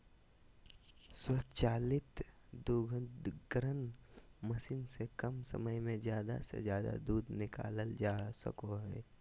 स्वचालित दुग्धकरण मशीन से कम समय में ज़्यादा से ज़्यादा दूध निकालल जा सका हइ